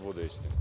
bude istina.